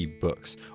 books